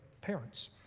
parents